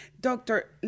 Doctor